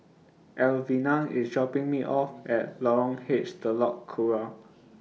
Elvina IS dropping Me off At Lorong H Telok Kurau